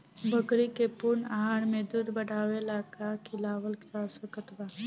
बकरी के पूर्ण आहार में दूध बढ़ावेला का खिआवल जा सकत बा?